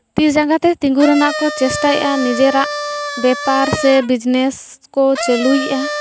ᱛᱤ ᱡᱟᱸᱜᱟᱛᱮ ᱛᱤᱸᱜᱩ ᱨᱮᱱᱟᱜ ᱠᱚ ᱪᱮᱥᱴᱟᱭᱮᱫᱼᱟ ᱱᱤᱡᱮᱨᱟᱜ ᱵᱮᱯᱟᱨ ᱥᱮ ᱵᱤᱡᱽᱱᱮᱥ ᱠᱚ ᱪᱟᱹᱞᱩᱭᱮᱫᱼᱟ